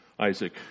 Isaac